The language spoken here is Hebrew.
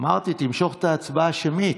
אמרתי: תמשוך את ההצבעה השמית,